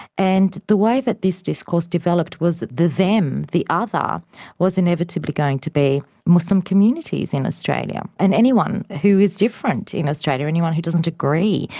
and the way that this discourse developed was the them, the other was inevitably going to be muslim communities in australia and anyone who is different in australia, anyone who doesn't agree,